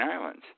Islands